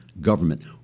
government